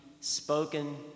spoken